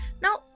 Now